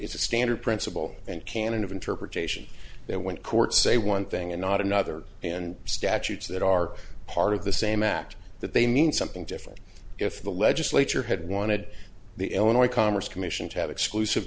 it's a standard principle and canon of interpretation that when court say one thing and not another and statutes that are part of the same act that they mean something different if the legislature had wanted the illinois commerce commission to have exclusive